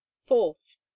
fourth